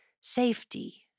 Safety